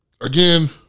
again